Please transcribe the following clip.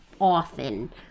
often